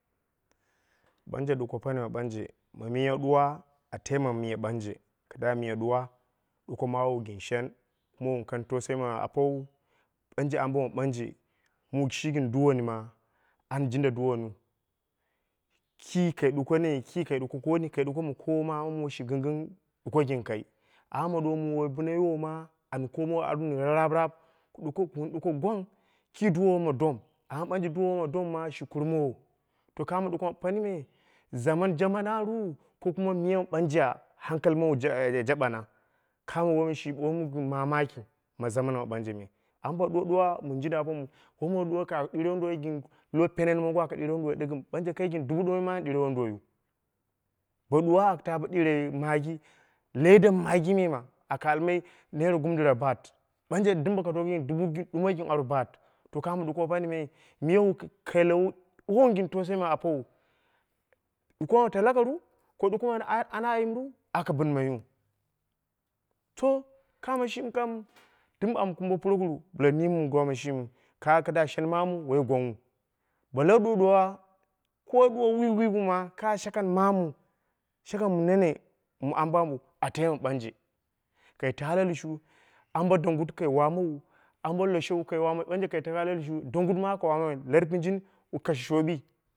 Ɓanje ɗuko pani mi ɓanje, ma miya ɗuwa a tai ma ɓanje kɨdda miya ɗuwa ɗuko maawu gɨn shjen kuma wun ka tausa yi ma apowu, ɓanje ambom ɓanje mu shi gɨn duwoni ma, an jinda duwoniu ki kai ɗuko ne ki kai ɗuko kooni, ka ɗuko ma mu shi gɨnggɨng ɗuko gɨn kai mum woi bɨna yiwou ma an komowo bo ami rararaap kun ɗuko gwang ki duwo wo ma doom amma ɓanje duwowo ma doom ma shi kurmowo kamo ɗuko ma panii me zaman jaman ru ko kuwa miya mɨ ɓanje hankali maawu jaɓana kamo wom shi wom shi mamaki na zaman ma ɓanje me amma bo ɗuwaɗuwa mɨn jinda apomu bo mɨ ɗuwa ka ɗire wonduwoi lo peren mongo aka ɗire wonduwoi ɗɨgɨm ɓanje kai gɨn dubu ɗumoi ma wanɗirwo wonduwoiyu, bo ɗuwa aka ta bo ɗiure maggi ledan maggi me ma aka al naira gum dɨra baat ɓanje dɨm bo doko gɨn dubu ɗumoi gɨ gɨn aru baat to kamo ɗuko panii me wu kailowu wowoun gɨn tausayi ma apowuu, ɗuko ma talaka ru ko ɗuko ma ana ana ayimru aka bɨmaiyu to kamo shimi kam dɨm am kumbe puroguru bɨla mimmu kamo shimi kɨdda shenmamu woi gwangnghu, bila ɗuwa ɗuwa ko wo ɗuwa wuyuk wuyuk ma ka shakan mamu shakam mɨn nene mɨn ambo ambo a tai mɨ ɓanje. Kai ta la klushu ambo dongɨt kai waama wu, ambo lasho kai waama wu ɓanje kai ta la lushu dongɨt ma waka waamawuu larpunjin wu kashe wommawubi.